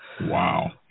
Wow